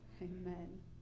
amen